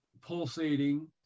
pulsating